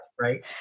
right